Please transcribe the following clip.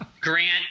Grant